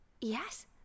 Yes